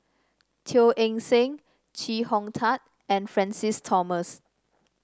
Teo Eng Seng Chee Hong Tat and Francis Thomas